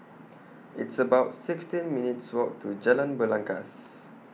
It's about sixteen minutes' Walk to Jalan Belangkas